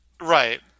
Right